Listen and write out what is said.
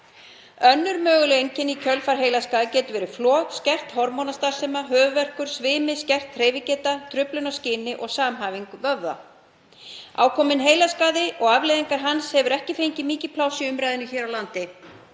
Önnur möguleg einkenni í kjölfar heilaskaða geta verið flog, skert hormónastarfsemi, höfuðverkur, svimi, skert hreyfigeta og truflanir á skyni og samhæfingu vöðva. Ákominn heilaskaði og afleiðingar hans hefur ekki fengið mikið pláss í umræðunni hér á landi.